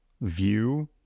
view